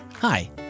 Hi